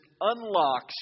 unlocks